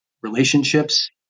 relationships